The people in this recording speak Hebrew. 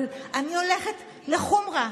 אבל אני הולכת לחומרה.